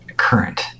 Current